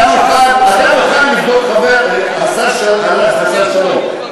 חבר הכנסת השר שלום,